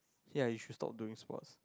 ya you should stop doing sports